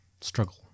struggle